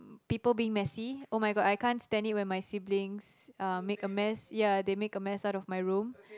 people being messy [oh]-my-god I can't stand it when my siblings uh make a mess ya they make a mess out of my room